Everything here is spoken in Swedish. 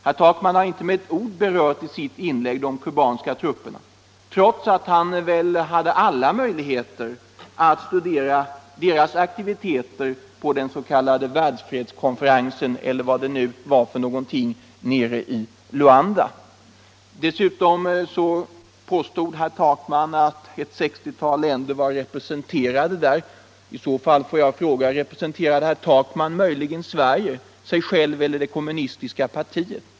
Herr Takman har i sitt inlägg inte med ett ord berört de kubanska trupperna, trots att han väl hade alla möjligheter att studera deras aktiviteter på den s.k. världsfredskonferensen eller vad det nu var för någonting nere i Luanda. Dessutom påstod herr Takman att ett 60-tal länder var representerade där. Då får jag fråga: Representerade herr Takman möjligen Sverige, sig själv eller det kommunistiska partiet?